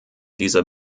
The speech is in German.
dieser